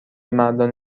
مردان